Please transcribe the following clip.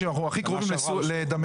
אנחנו הכי קרובים לדמשק